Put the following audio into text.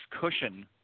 cushion